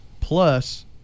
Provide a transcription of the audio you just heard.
plus